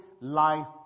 life